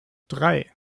drei